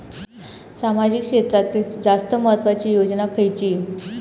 सामाजिक क्षेत्रांतील जास्त महत्त्वाची योजना खयची?